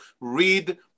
read